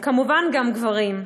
וכמובן גם גברים,